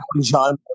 John